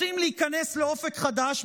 רוצים להיכנס לאופק חדש?